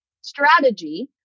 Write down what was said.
strategy